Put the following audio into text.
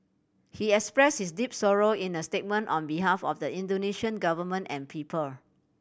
he expressed his deep sorrow in a statement on behalf of the Indonesian Government and people